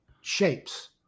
shapes